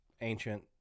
ancient